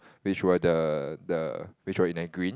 which were the the which were in a green